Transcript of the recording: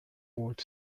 boat